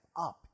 up